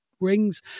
Rings